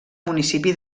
municipi